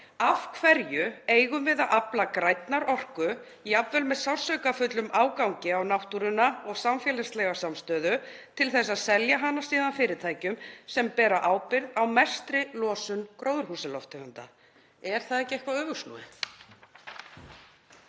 Af hverju eigum við að afla grænnar orku, jafnvel með sársaukafullum ágangi á náttúruna og samfélagslega samstöðu, til að selja hana síðan fyrirtækjum sem bera ábyrgð á mestri losun gróðurhúsalofttegunda? Er það ekki eitthvað öfugsnúið?